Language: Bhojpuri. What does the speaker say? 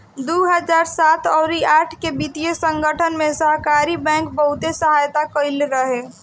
दू हजार सात अउरी आठ के वित्तीय संकट में सहकारी बैंक बहुते सहायता कईले रहे